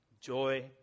Joy